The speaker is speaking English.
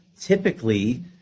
typically